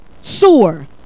Sewer